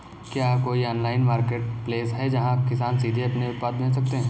क्या कोई online marketplace है जहाँ किसान सीधे अपने उत्पाद बेच सकते हैं?